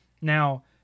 Now